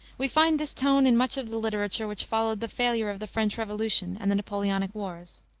we find this tone in much of the literature which followed the failure of the french revolution and the napoleonic wars.